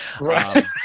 Right